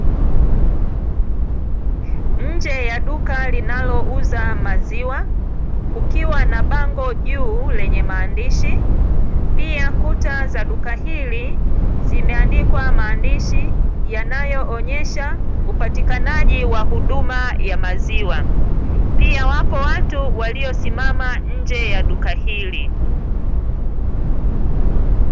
Nje ya duka linalouza maziwa, kukiwa na bango juu lenye maandishi, pia kuta za duka hili zimeandikwa maandishi, yanayoonyesha upatikanaji wa huduma ya maziwa. Pia wapo watu waliosimama nje ya duka hili.